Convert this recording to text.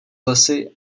lesy